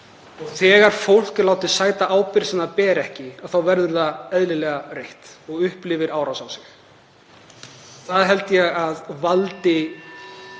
Þegar fólk er látið sæta ábyrgð sem það ber ekki þá verður það eðlilega reitt og upplifir árás á sig. Það held ég að valdi